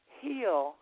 heal